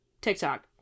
TikTok